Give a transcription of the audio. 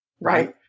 right